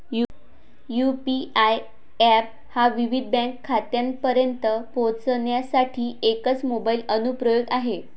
UPI app हा विविध bank खात्यांपर्यंत पोहोचण्यासाठी एकच मोबाइल अनुप्रयोग आहे